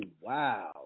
wow